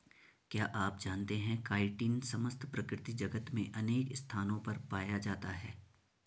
क्या आप जानते है काइटिन समस्त प्रकृति जगत में अनेक स्थानों पर पाया जाता है?